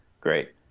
great